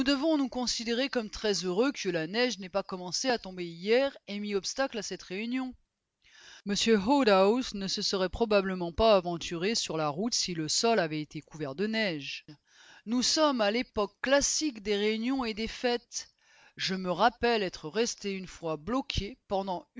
nous considérer comme très heureux que la neige n'ait pas commencé à tomber hier et mis obstacle à cette réunion m woodhouse ne se serait probablement pas aventuré sur la route si le sol avait été couvert de neige nous sommes à l'époque classique des réunions et des fêtes je me rappelle être resté une fois bloqué pendant